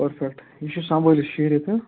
perfect یہِ چھُ سنٛبھٲلِتھ شیٖرِتھ ہٕہ